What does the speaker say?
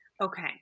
Okay